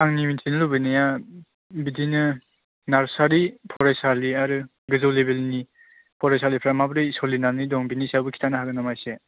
आंनि मिथिनो लुबैनाया बिदिनो नार्सारि फरायसालि आरो गोजौ लेबेलनि फरायसालिफ्रा माबोरै सोलिनानै दं बिनि सायावबो खिथानो हागोन नामा इसे